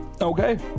Okay